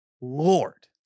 Lord